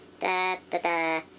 Da-da-da